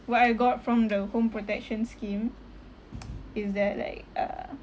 what I got from the home protection scheme is that like uh